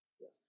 Yes